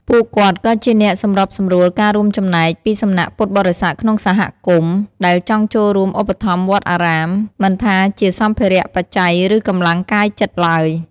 ពួកគាត់ក៏ជាអ្នក សម្របសម្រួលការរួមចំណែក ពីសំណាក់ពុទ្ធបរិស័ទក្នុងសហគមន៍ ដែលចង់ចូលរួមឧបត្ថម្ភវត្តអារាម មិនថាជាសម្ភារៈ បច្ច័យ ឬកម្លាំងកាយចិត្តឡើយ។